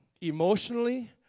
emotionally